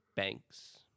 Banks